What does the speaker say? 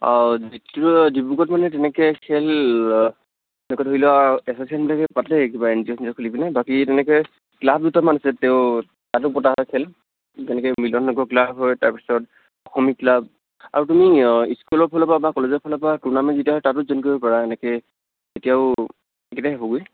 অঁ দ্ৱিতীয় ডিব্ৰুগড়ত মানে তেনেকৈ খেল তেনেকুৱা ধৰি লোৱা এচছিয়েশ্যনবিলাকে পাতে কিবা এন জি অ' চেন জি অ' খুলি পিনে বাকী তেনেকৈ ক্লাব দুটামান আছে তো তাতো পতা হয় খেল তেনেকৈ মিলন নগৰ ক্লাব হয় তাৰপিছত হ'ম ক্লাব আৰু তুমি স্কুলৰ ফালৰ পৰা বা কলেজৰ ফালৰ পৰা টুৰ্ণামেণ্ট যেতিয়া হয় তাতো জইন কৰিব পাৰা এনেকৈ এতিয়াও কিজানি হ'বই